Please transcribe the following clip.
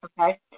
Okay